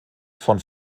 von